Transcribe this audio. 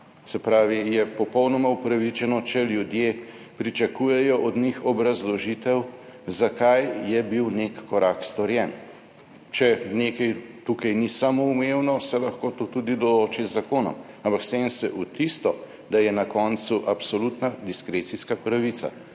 Se pravi, je popolnoma upravičeno, če ljudje pričakujejo od njih obrazložitev, zakaj je bil nek korak storjen. Če nekaj tukaj ni samoumevno, se lahko to tudi določi z zakonom, ampak sem se v tisto, da je na koncu absolutna diskrecijska pravica,